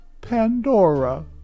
Pandora